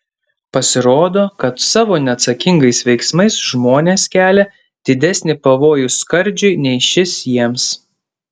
pasirodo kad savo neatsakingais veiksmais žmonės kelia didesnį pavojų skardžiui nei šis jiems